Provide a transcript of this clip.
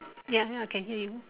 ya can hear you